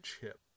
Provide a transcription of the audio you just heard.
Chip